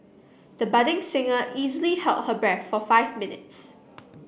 the budding singer easily held her breath for five minutes